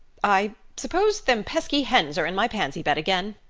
i suppose them pesky hens are in my pansy bed again,